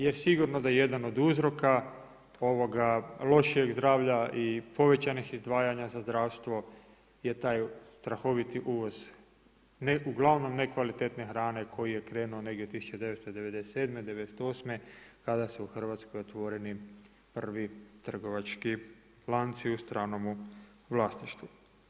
Jer sigurno da je jedan od uzroka lošijeg zdravlja i povećanih izdvajanja za zdravstvo je taj strahoviti uvoz uglavnom nekvalitetne hrane koji je krenuo negdje od 1997., 98., kada su u Hrvatskoj otvoreni prvi trgovački lanci u stranomu vlasništvu.